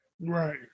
Right